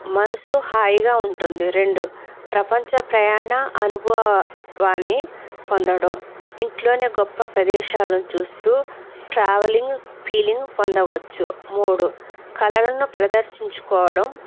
మనసు హాయిగా ఉంటుంది రెండు ప్రపంచ ప్రయాణ అనుభవాన్ని పొందడం ఇంట్లోనే గొప్ప ప్రదేశాలను చూస్తూ ట్రావెలింగ్ ఫీలింగ్ పొందవచ్చు మూడు కళలను ప్రదర్శించుకోవడం